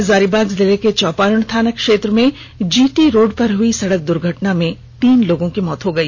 हजारीबाग जिले के चौपारण थाना क्षेत्र में जीटी रोड पर हुई सड़क दुर्घटना में तीन लोगों की मौत हो गई